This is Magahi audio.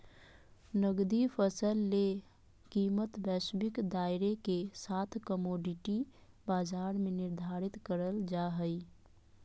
नकदी फसल ले कीमतवैश्विक दायरेके साथकमोडिटी बाजार में निर्धारित करल जा हइ